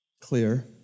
clear